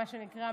מה שנקרא,